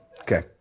Okay